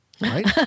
right